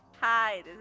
Hi